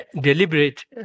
deliberate